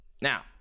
Now